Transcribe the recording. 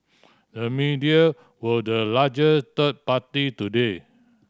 the media were the larger third party today